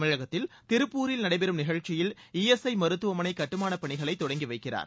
தமிழகத்தில் திருப்பூரில் நடைபெறும் நிகழ்ச்சியில் இஎஸ்ஐ மருத்துவமனை கட்டுமானப்பணிகளைத் தொடங்கி வைக்கிறார்